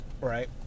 Right